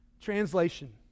Translation